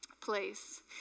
place